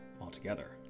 altogether